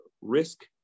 risk